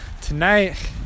tonight